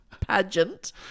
pageant